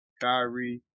Kyrie